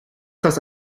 das